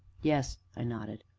yes, i nodded.